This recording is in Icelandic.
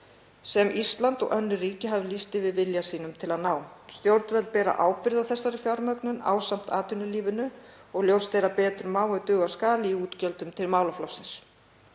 sem Ísland og önnur ríki hafi lýst yfir vilja sínum til að ná. Stjórnvöld bera ábyrgð á þessari fjármögnun ásamt atvinnulífinu og ljóst er að betur má ef duga skal í útgjöldum til málaflokksins.